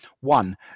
one